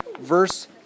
verse